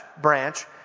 branch